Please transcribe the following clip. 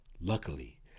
Luckily